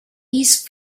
east